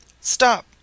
Stop